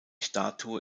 statue